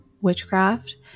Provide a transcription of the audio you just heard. witchcraft